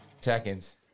Seconds